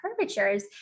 curvatures